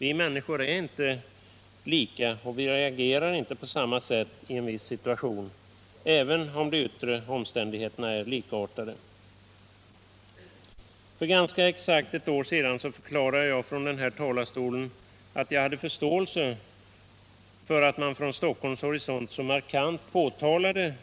Vi människor är inte lika, och vi reagerar inte på samma sätt i en viss situation, även om de yttre omständigheterna är likartade. För ganska exakt ett år sedan förklarade jag från denna talarstol att jag hade förståelse för att man från Stockholms horisont så markant påtalade